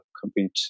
compete